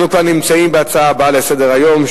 אנחנו כבר נמצאים בהצעות הבאות לסדר-היום: